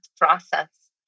process